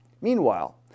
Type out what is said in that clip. Meanwhile